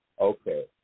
okay